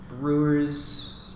Brewers